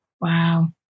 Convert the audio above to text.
Wow